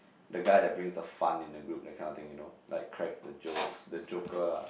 the guy that brings the fun in the group that kind of thing you know like crack the jokes the joker lah